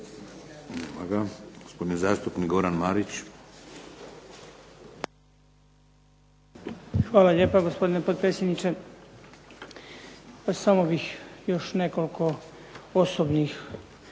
Hvala lijepo. Gospodine potpredsjedniče,